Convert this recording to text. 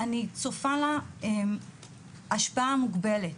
אני צופה לה השפעה מוגבלת.